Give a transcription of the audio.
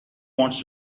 wants